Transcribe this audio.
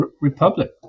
Republic